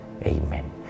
Amen